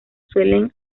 suelen